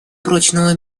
прочного